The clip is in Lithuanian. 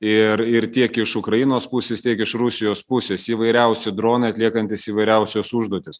ir ir tiek iš ukrainos pusės tiek iš rusijos pusės įvairiausi dronai atliekantys įvairiausias užduotis